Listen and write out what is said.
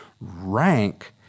rank